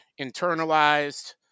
internalized